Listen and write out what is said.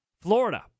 florida